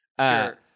Sure